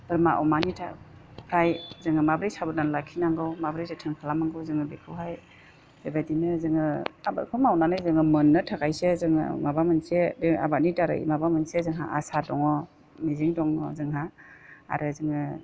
बोरमा अमानिफ्राय जोङो माबोरै साबधान लाखिनांगौ माबोरै जोथोन खालामनांगौ जोङो बेखौहाय बेबायदिनो जोङो आबादखौ मावनानै जोङो मोननो थाखायसो जोङो माबा मोनसे बे आबादनि दारै माबा मोनसे जोंहा आसा दङ मिजिं दङ जोंहा आरो जोङो